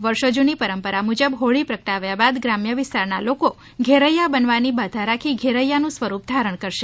વર્ષો જ્ઞની પરંપરા મુજબ હોળી પ્રગટાવ્યા બાદ ગ્રામ્ય વિસ્તારના લોકો ઘેરૈયા બનવાની બાધા રાખી ઘેરૈથા નું સ્વરૂપ ધારણ કરશે